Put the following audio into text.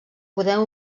podem